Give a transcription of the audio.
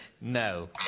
No